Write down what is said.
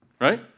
Right